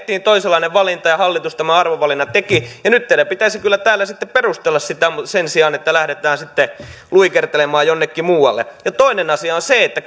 tehtiin toisenlainen valinta ja hallitus tämän arvovalinnan teki nyt teidän pitäisi kyllä täällä perusteella sitä sen sijaan että lähdetään luikertelemaan jonnekin muualle toinen asia on se että